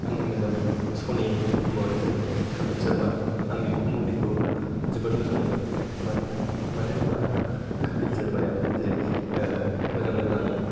आंनि मोजां मोननाय स' नि मुङानो जाहैबाय कपिल शर्मा आं बिनि कमेडि खौ जोबोद मोजां मोनो होनोबा कपिल शर्माया जेरै मोजां मोजां